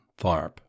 Tharp